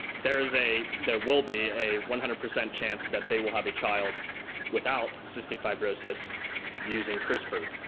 there is a there will be a one hundred percent chance that they will have a child without cystic fibrosis using crispr.